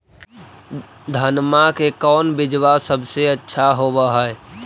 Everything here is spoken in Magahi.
धनमा के कौन बिजबा सबसे अच्छा होव है?